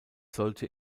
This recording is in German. sollte